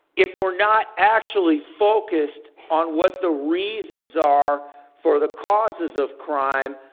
if we're not actually focused on what the reasons are for the causes of crime,